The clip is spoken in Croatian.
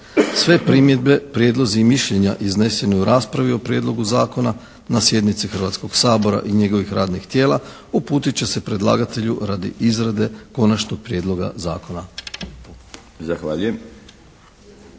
Sve primjedbe, prijedlozi i mišljenja izneseni u raspravi o Prijedlogu zakona na sjednici Hrvatskog sabora i njegovih radnih tijela uputit će se predlagatelju radi izrade Konačnog prijedloga Zakona.